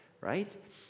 right